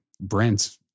Brent